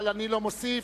אבל אני לא מוסיף.